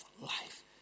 life